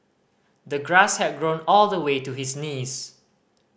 the grass had grown all the way to his knees